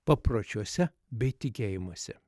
papročiuose bei tikėjimuose